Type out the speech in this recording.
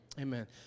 Amen